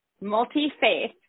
multi-faith